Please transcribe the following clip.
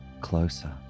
Closer